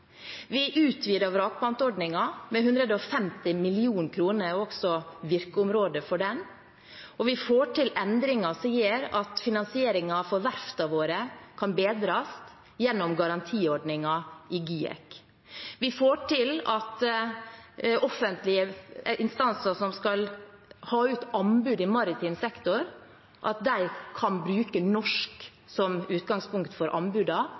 Vi har utvidet vrakpantordningen med 150 mill. kr og også virkeområdet for den. Vi får til endringer som gjør at finansieringen for verftene våre kan bedres gjennom garantiordningen i GIEK. Vi får til at offentlige instanser som skal ha ut anbud i maritim sektor, kan bruke norsk som utgangspunkt for